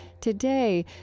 Today